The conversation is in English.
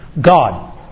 God